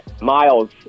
Miles